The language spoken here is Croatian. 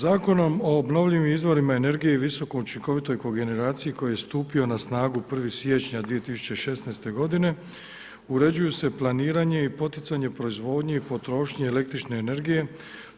Zakonom o obnovljivim izvorima energije i visoko učinkovitoj kogeneraciji koji je stupio na snagu 1. siječnja 2016. godine uređuju se planiranje i poticanje proizvodnje i potrošnje električne energije